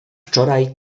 wczoraj